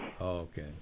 okay